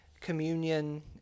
communion